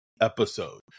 episode